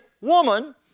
woman